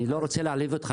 אני לא רוצה להעליב אותך,